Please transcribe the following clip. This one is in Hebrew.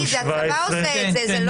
זה הצבא עושה את זה,